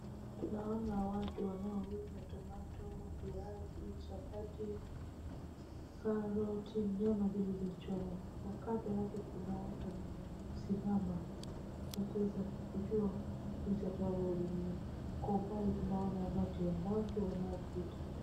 Tunaona watu wanaouza tomato, viazi, chapati, karoti, nyama zilizochomwa kwa kando yake kuna watu wamesimama wakiweza kujuwa jinsi watakavyo hudumiwa kwa umbali tunaona umati wa watu unaopita.